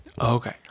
Okay